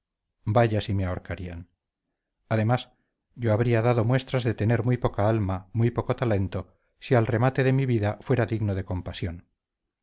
sospechas y me ahorcarían vaya si me ahorcarían además yo habría dado muestras de tener muy poca alma muy poco talento si al remate de mi vida fuera digno de compasión